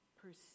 perceive